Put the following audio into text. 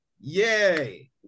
Yay